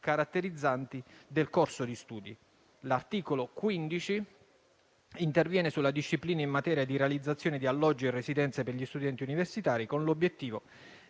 caratterizzanti del corso di studi. L'articolo 15 interviene sulla disciplina in materia di realizzazione di alloggi e residenze per gli studenti universitari, con l'obiettivo